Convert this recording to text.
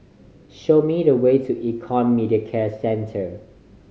show me the way to Econ Medicare Centre